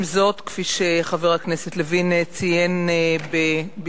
עם זאת, כפי שחבר הכנסת לוין ציין בדבריו,